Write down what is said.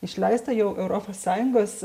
išleista jau europos sąjungos